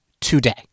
today